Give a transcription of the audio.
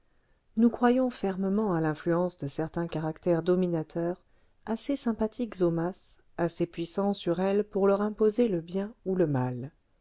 nous croyons fermement à l'influence de certains caractères dominateurs assez sympathiques aux masses assez puissants sur elles pour leur imposer le bien ou le mal